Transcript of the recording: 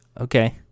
Okay